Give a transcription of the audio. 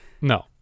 No